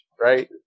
right